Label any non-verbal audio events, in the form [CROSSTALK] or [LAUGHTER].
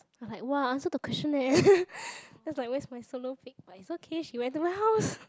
I like !wah! I answer the question eh [LAUGHS] then like where's my solo pic but it's okay she went to my house